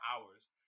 hours